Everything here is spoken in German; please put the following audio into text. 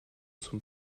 zum